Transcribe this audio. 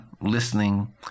listening